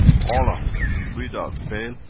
all of them without fail,